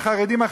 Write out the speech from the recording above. "החרדים",